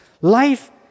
Life